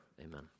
amen